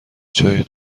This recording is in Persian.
جای